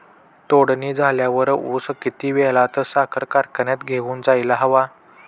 तोडणी झाल्यावर ऊस किती वेळात साखर कारखान्यात घेऊन जायला हवा?